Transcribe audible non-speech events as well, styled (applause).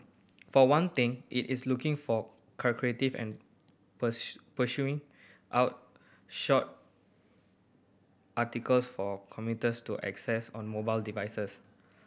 for one thing it is looking for curative and (unintelligible) pursuing out short articles for commuters to access on mobile devices